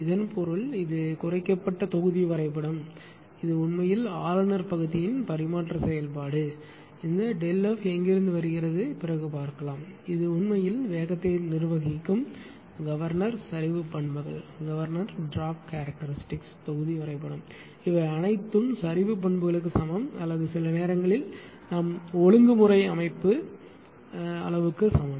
இதன் பொருள் இது குறைக்கப்பட்ட தொகுதி வரைபடம் இது உண்மையில் ஆளுநர் பகுதியின் பரிமாற்ற செயல்பாடு இந்த ΔF எங்கிருந்து வருகிறது பிறகு பார்க்கலாம் எனவே இது உண்மையில் வேகத்தை நிர்வகிக்கும் கவர்னர் சரிவு பண்புகள் தொகுதி வரைபடம் இவை அனைத்தும் சரிவு பண்புகளுக்கு சமம் அல்லது சில நேரங்களில் நாம் ஒழுங்குமுறை அமைப்பு ஒழுங்குமுறை அளவுக்கு சமம்